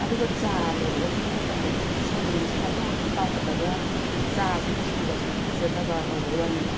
ꯑꯗꯨꯒ ꯆꯥ ꯂꯣꯜꯂꯒ ꯊꯛꯄ ꯃꯇꯝꯗꯅꯦ ꯉꯁꯥꯏ ꯁꯪꯒꯣꯝꯁꯦ ꯃꯇꯨꯝ ꯃꯇꯨꯝ ꯇꯥꯎꯈꯠꯂꯒ ꯆꯥꯁꯦ ꯃꯆꯨꯒꯁꯦ ꯏꯐ ꯐꯖꯗꯕ ꯇꯧꯕꯒꯤ ꯋꯥꯅꯤꯗ